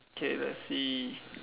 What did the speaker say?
okay let's see